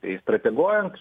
tai strateguojant